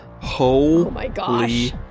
Holy